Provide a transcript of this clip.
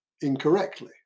incorrectly